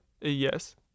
yes